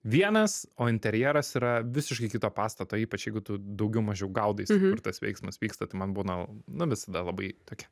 vienas o interjeras yra visiškai kito pastato ypač jeigu tu daugiau mažiau gaudaisi kur tas veiksmas vyksta tai man būna nu visada labai tokia